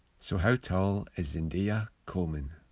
so how tall is zendaya coleman?